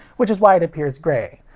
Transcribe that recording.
which is why it appears grey.